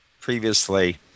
previously